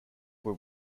were